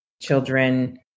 children